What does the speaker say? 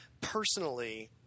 personally